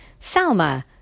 Salma